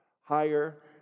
Higher